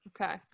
Okay